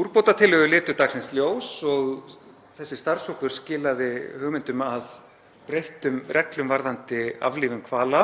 Úrbótatillögur litu dagsins ljós og þessi starfshópur skilaði hugmyndum að breyttum reglum varðandi aflífun hvala